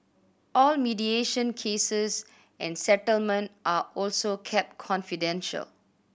all mediation cases and settlement are also kept confidential